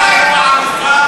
חברי הכנסת,